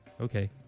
Okay